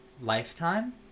lifetime